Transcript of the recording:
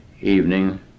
evening